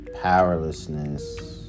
powerlessness